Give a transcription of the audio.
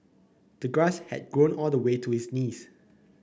the grass had grown all the way to his knees